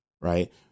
Right